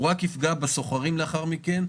הוא רק יפגע אחרי כן בשוכרים,